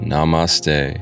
Namaste